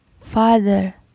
Father